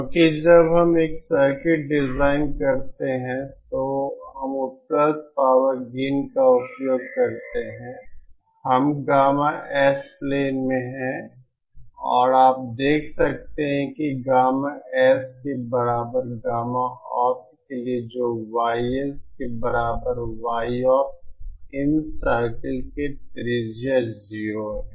क्योंकि जब हम एक सर्किट डिजाइन करते हैं तो हम उपलब्ध पावर गेन का उपयोग करते हैं हम गामा S प्लेन में है और आप देख सकते हैं कि गामा S के बराबर गामा opt के लिए जो ys के बराबर yopt इन सर्कल के त्रिज्या 0 है